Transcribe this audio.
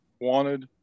wanted